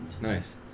nice